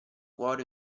cuore